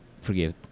forgive